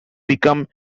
become